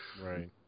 Right